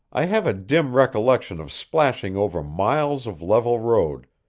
i have a dim recollection of splashing over miles of level road,